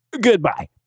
Goodbye